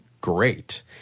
great